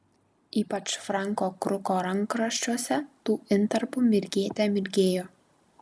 ypač franko kruko rankraščiuose tų intarpų mirgėte mirgėjo